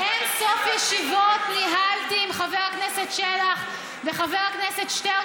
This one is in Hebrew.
אין-סוף ישיבות ניהלתי עם חבר הכנסת שלח וחבר הכנסת שטרן,